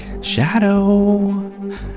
Shadow